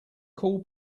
call